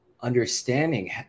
understanding